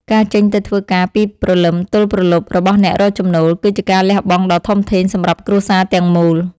ការចេញទៅធ្វើការពីព្រលឹមទល់ព្រលប់របស់អ្នករកចំណូល គឺជាការលះបង់ដ៏ធំធេងសម្រាប់គ្រួសារទាំងមូល។